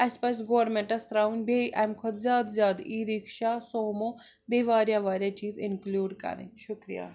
اَسہِ پزِ گورمِنٹس ترٛاوُن بیٚیہِ اَمہِ کھۅتہٕ زیادٕ زیٛادٕ اِی رِکشا سوموٗ بیٚیہِ واریاہ واریاہ چیٖز اِنکٕلیٛوٗڈ کرٕنۍ شُکریہ